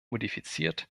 modifiziert